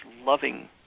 loving